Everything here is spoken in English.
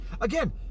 Again